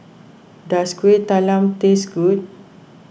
does Kueh Talam taste good